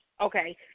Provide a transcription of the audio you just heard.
Okay